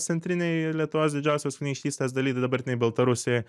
centrinėj lietuvos didžiosios kunigaikštystės daly tai dabartinėj baltarusijoj